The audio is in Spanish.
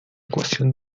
ecuación